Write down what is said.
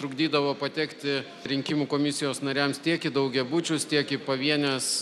trukdydavo patekti rinkimų komisijos nariams tiek į daugiabučius tiek į pavienes